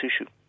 issue